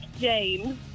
James